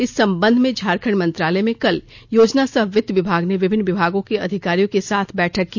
इस संबंध में झारखंड मंत्रालय में कल योजना सह वित्त विभाग ने विभिन्न विभागों के अधिकारियों के साथ बैठक की